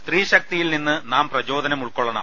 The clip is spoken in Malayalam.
സ്ത്രീശക്തിയിൽ നിന്ന് നാം പ്രചോദനം ഉൾക്കൊള്ളണം